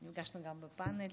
נפגשנו גם בפאנל